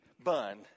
bun